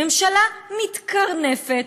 ממשלה מתקרנפת,